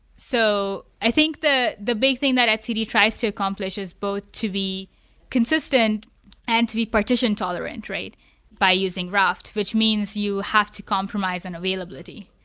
so i think the the big thing that etcd tries to accomplish is both to be consistent and to be portioned tolerant by using raft, which means you have to compromise an availability.